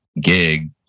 gig